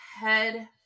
head